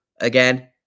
again